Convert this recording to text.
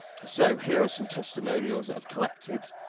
so here are some testimonials i've collected